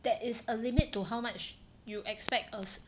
there is a limit to how much you expect us